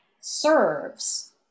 serves